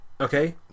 Okay